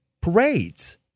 parades